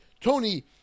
Tony